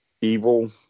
evil